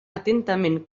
atentament